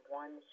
one